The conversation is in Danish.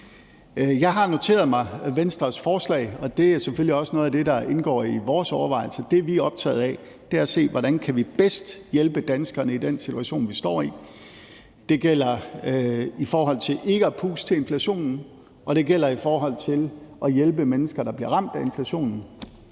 Jeg har noteret mig Venstres forslag, og det er selvfølgelig også noget af det, der indgår i vores overvejelse. Det, vi er optaget af, er at se, hvordan vi bedst kan hjælpe danskerne i den situation, vi står i. Det gælder i forhold til ikke at puste til inflationen, og det gælder i forhold til at hjælpe mennesker, der bliver ramt af inflationen.